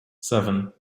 seven